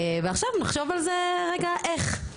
ועכשיו נחשוב על זה רגע איך.